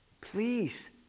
Please